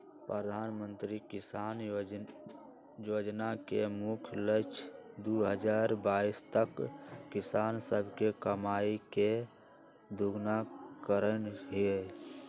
प्रधानमंत्री किसान जोजना के मुख्य लक्ष्य दू हजार बाइस तक किसान सभके कमाइ के दुगुन्ना करनाइ हइ